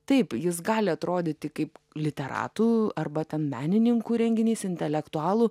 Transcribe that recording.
taip jis gali atrodyti kaip literatų arba ten menininkų renginys intelektualų